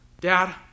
Dad